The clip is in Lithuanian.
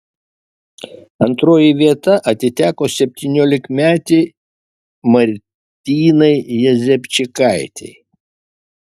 antroji vieta atiteko septyniolikmetei martynai jezepčikaitei